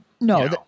No